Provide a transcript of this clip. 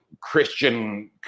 Christian